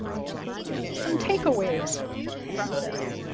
some takeaways from this.